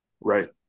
Right